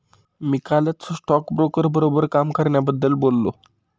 मी कालच स्टॉकब्रोकर बरोबर काम करण्याबद्दल बोललो